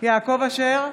יעקב אשר,